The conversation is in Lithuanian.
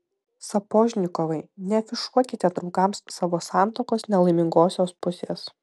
sapožnikovai neafišuokite draugams savo santuokos nelaimingosios pusės